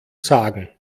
sagen